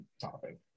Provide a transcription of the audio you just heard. topic